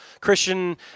Christian